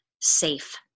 safe